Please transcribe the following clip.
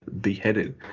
beheaded